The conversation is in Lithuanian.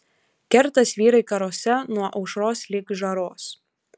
kertas vyrai karuose nuo aušros lig žaros